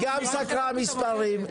היא גם סקרה מספרים,